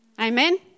Amen